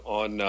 on